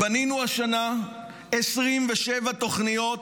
בנינו השנה 27 תוכניות